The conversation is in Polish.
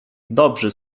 dobrzy